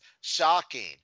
Shocking